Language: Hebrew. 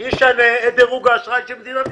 זה ישנה את דירוג האשראי של מדינת ישראל.